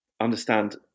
understand